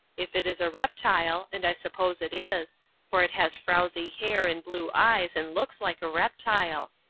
if it is a reptile, and i suppose it is for it has frowzy hair and blue eyes, and looks like a reptile.